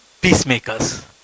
peacemakers